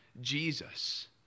Jesus